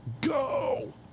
Go